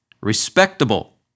respectable